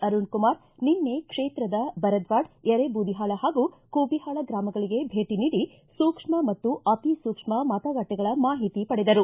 ಅರುಣಕುಮಾರ್ ನಿನ್ನೆ ಕ್ಷೇತ್ರದ ಬರದ್ವಾಡ ಯರೇಬೂದಿಹಾಳ ಹಾಗೂ ಕೂಬಿಹಾಳ ಗ್ರಾಮಗಳಿಗೆ ಭೇಟಿ ನೀಡಿ ಸೂಕ್ಷ್ಮ ಮತ್ತು ಅತಿಸೂಕ್ಷ್ಮ ಮತಗಟ್ಟೆಗಳ ಮಾಹಿತಿ ಪಡೆದರು